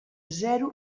zero